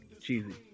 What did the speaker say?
cheesy